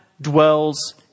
dwells